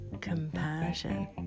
Compassion